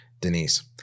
Denise